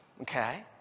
okay